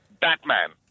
Batman